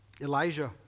Elijah